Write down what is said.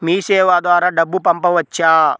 మీసేవ ద్వారా డబ్బు పంపవచ్చా?